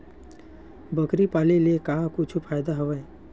बकरी पाले ले का कुछु फ़ायदा हवय?